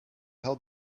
help